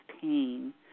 pain